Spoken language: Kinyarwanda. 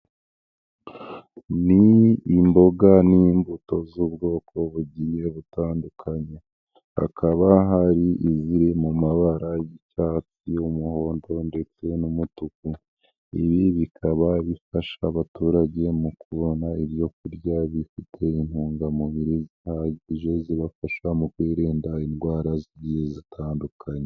Ni imboga n'imbuto z'ubwoko bugiye butandukanye, hakaba hari iziri mu mabara y'icyatsi, umuhondo ndetse n'umutuku, ibi bikaba bifasha abaturage mu kubona ibyo kurya bifite intungamubiri zihagije zibafasha mu kwirinda indwara zigiye zitandukanye.